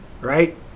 right